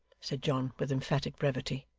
said john, with emphatic brevity.